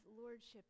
lordship